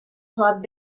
club